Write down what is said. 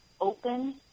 open